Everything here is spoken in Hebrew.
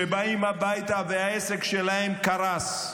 שבאים הביתה והעסק שלהם קרס,